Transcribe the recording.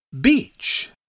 Beach